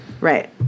Right